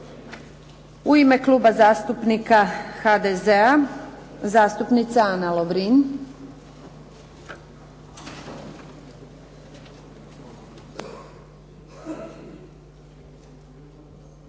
U ime Kluba zastupnika HDZ-a, zastupnica Ana Lovrin.